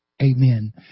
amen